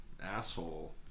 asshole